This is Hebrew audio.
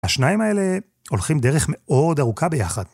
השניים האלה הולכים דרך מאוד ארוכה ביחד.